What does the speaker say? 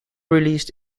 released